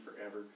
forever